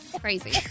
Crazy